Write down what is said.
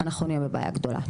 אנחנו נהיה בבעיה גדולה.